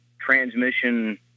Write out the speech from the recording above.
transmission